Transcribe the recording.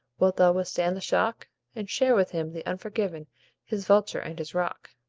wilt thou withstand the shock? and share with him the unforgiven his vulture and his rock?